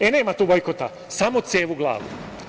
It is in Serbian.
Nema tu bojkota, samo cev u glavu"